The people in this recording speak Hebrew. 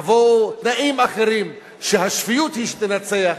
יבואו תנאים אחרים שהשפיות היא שתנצח,